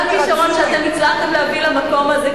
זה הכשרון שהצלחתם להביא למקום הזה.